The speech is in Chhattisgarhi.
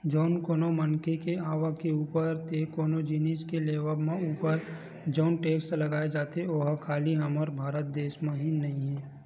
जउन कोनो मनखे के आवक के ऊपर ते कोनो जिनिस के लेवब ऊपर म जउन टेक्स लगाए जाथे ओहा खाली हमर भारत देस म ही नइ हे